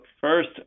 first